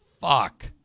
fuck